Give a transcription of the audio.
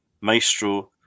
Maestro